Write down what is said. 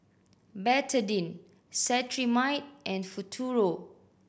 Betadine Cetrimide and Futuro